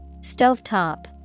Stovetop